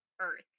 earth